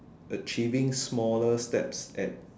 achieving smaller steps at